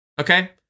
Okay